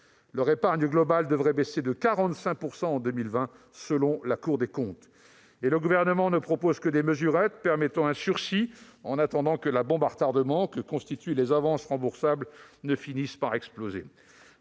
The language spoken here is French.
Leur épargne globale devrait baisser de 45 % en 2020, selon la Cour des comptes. Le Gouvernement ne propose que des mesurettes permettant un sursis en attendant que la bombe à retardement que constituent les avances remboursables ne finisse par exploser.